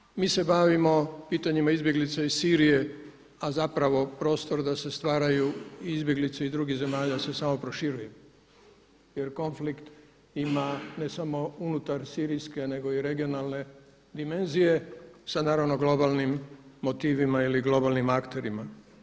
Nažalost, mi se bavimo pitanjima izbjeglice iz Sirije, a zapravo prostor da se stvaraju izbjeglice iz drugih zemalja se samo proširuje jer konflikt ima ne samo unutar sirijske nego i regionalne dimenzije sa globalnim motivima ili globalnim akterima.